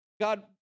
God